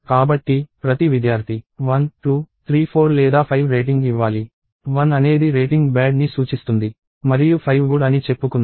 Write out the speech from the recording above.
కాబట్టి ప్రతి విద్యార్థి 1 2 3 4 లేదా 5 రేటింగ్ ఇవ్వాలి 1 అనేది రేటింగ్ బ్యాడ్ ని సూచిస్తుంది మరియు 5 గుడ్ అని చెప్పుకుందాం